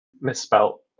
misspelt